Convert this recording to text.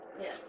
Yes